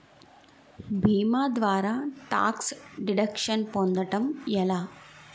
భీమా ద్వారా tax deduction పొందటం ఎలా?